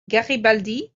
garibaldi